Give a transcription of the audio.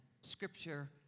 scripture